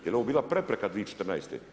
Jel ovo bila prepreka 2014?